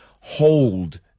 hold